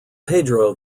pedro